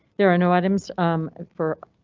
there are no items for.